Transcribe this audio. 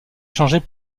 changés